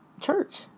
church